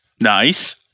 Nice